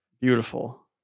beautiful